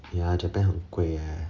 ya japan 很贵 eh